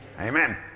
Amen